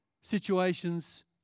situations